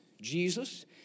Jesus